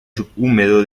subhúmedo